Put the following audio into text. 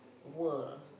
world